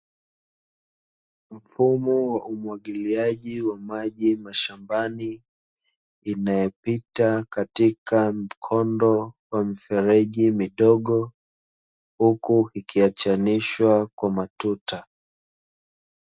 Mfumo wa umwagiliaji wa maji mashambani inayopita katika mkondo wa mifereji midogo huku ikiachanishwa kwa matuta.